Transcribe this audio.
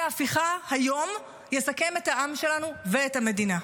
הפיכה היום יסכן את העם שלנו ואת המדינה.